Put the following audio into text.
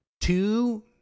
Two